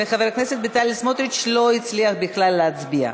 וחבר הכנסת בצלאל סמוטריץ לא הצליח בכלל להצביע.